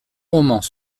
romans